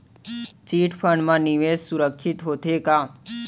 Chit fund मा निवेश सुरक्षित होथे का?